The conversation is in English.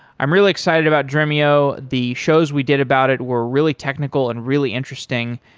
i'm really excited about dremio. the shows we did about it were really technical and really interesting.